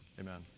Amen